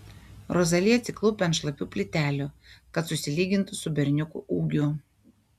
rozali atsiklaupia ant šlapių plytelių kad susilygintų su berniuku ūgiu